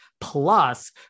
Plus